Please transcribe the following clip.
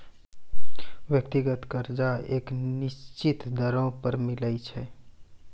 व्यक्तिगत कर्जा एक निसचीत दरों पर मिलै छै